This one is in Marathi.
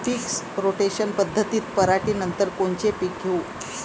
पीक रोटेशन पद्धतीत पराटीनंतर कोनचे पीक घेऊ?